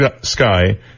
sky